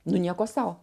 nu nieko sau